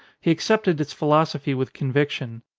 he accepted its philosophy with conviction.